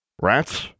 Rats